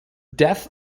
death